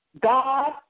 God